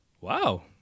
wow